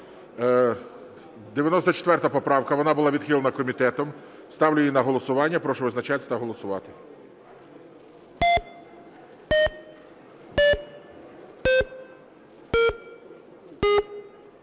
94 поправка. Вона була відхилена комітетом. Ставлю її на голосування. Прошу визначатися та голосувати.